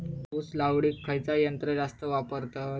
ऊस लावडीक खयचा यंत्र जास्त वापरतत?